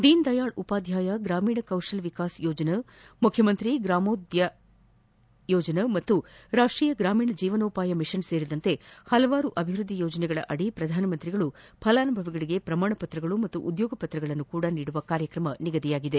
ದೀನ್ದಯಾಳ್ ಉಪಧ್ಯಾಯ ಗ್ರಾಮೀಣ ಕೌಶಲ್ ವಿಕಾಸ್ ಯೋಜನ ಮುಖ್ಚಮಂತ್ರಿ ಗ್ರಾಮೋದ್ಯಯ ಯೋಜನಾ ಹಾಗೂ ರಾಷ್ಷೀಯ ಗ್ರಾಮೀಣ ಜೀವನೋಪಾಯ ಮಿಷನ್ ಸೇರಿದಂತೆ ಪಲವಾರು ಅಭಿವ್ದದ್ಲಿ ಯೋಜನೆಗಳಡಿ ಪ್ರಧಾನಮಂತ್ರಿ ಅವರು ಫಲಾನುಭವಿಗಳಿಗೆ ಪ್ರಮಾಣ ಪತ್ರಗಳು ಮತ್ತು ಉದ್ನೋಗ ಪತ್ರಗಳನ್ನು ಸಹ ನೀಡುವ ಕಾರ್ಯಕ್ರಮವಿದೆ